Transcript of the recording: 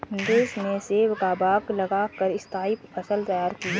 नरेश ने सेब का बाग लगा कर स्थाई फसल तैयार की है